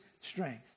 strength